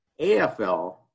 AFL